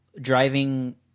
driving